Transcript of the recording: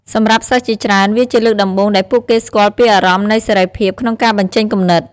សម្រាប់សិស្សជាច្រើន វាជាលើកដំបូងដែលពួកគេស្គាល់ពីអារម្មណ៍នៃសេរីភាពក្នុងការបញ្ចេញគំនិត។